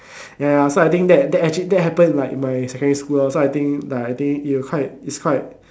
ya so I think that that actually that happened in like my secondary school lor so I think like I think it will quite it's quite